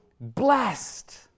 blessed